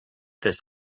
this